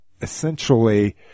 essentially